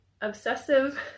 obsessive